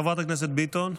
חברת הכנסת ביטון,